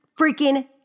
freaking